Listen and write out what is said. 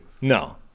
No